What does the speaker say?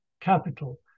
capital